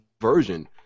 version